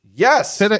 yes